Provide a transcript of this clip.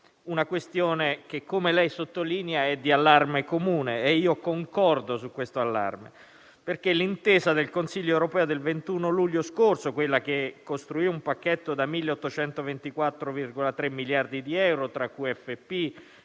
una questione che, come viene sottolineato, è di allarme comune e io concordo su questo allarme. L'intesa infatti del Consiglio europeo del 21 luglio scorso, quella che costruì un pacchetto da 1824,3 miliardi di euro, tra Quadro